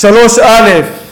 3(א)